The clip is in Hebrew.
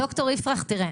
ד"ר יפרח תראה,